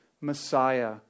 Messiah